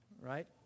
right